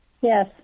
Yes